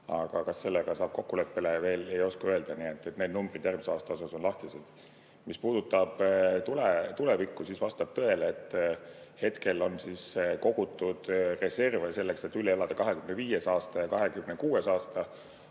Kas sellega saab kokkuleppele? Veel ei oska öelda. Nii et need numbrid järgmise aasta suhtes on lahtised. Mis puudutab tulevikku, siis vastab tõele, et hetkel on kogutud reserve selleks, et üle elada 2025. aasta ja 2026. aasta.